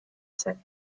said